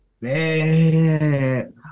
Man